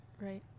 Right